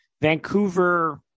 Vancouver